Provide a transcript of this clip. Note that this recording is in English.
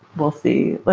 we'll see.